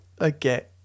Okay